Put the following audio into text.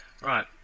Right